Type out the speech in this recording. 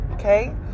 Okay